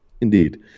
Indeed